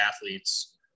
athletes